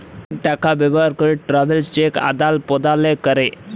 টাকা ব্যবহার ক্যরে ট্রাভেলার্স চেক আদাল প্রদালে ক্যরে